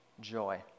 joy